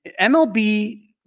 MLB